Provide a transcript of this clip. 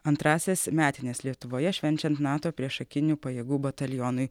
antrąsias metines lietuvoje švenčiant nato priešakinių pajėgų batalionui